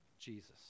jesus